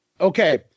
okay